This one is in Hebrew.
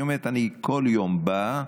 היא אומרת: אני כל יום באה.